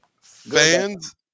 Fans